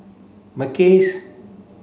Mackays